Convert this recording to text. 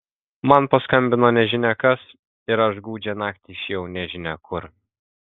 man paskambino nežinia kas ir aš gūdžią naktį išėjau nežinia kur